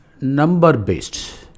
number-based